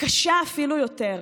הקשה אפילו יותר,